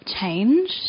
change